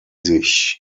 sich